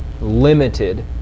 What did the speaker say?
limited